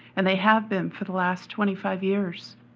and they have been for the last twenty five years.